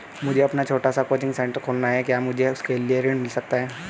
मुझे अपना छोटा सा कोचिंग सेंटर खोलना है क्या मुझे उसके लिए ऋण मिल सकता है?